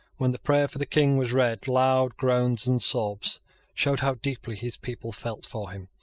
when the prayer for the king was read, loud groans and sobs showed how deeply his people felt for him.